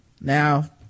Now